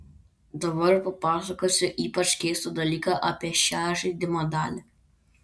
dabar papasakosiu ypač keistą dalyką apie šią žaidimo dalį